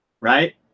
right